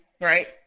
right